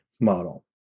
model